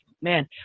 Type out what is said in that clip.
man